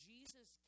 Jesus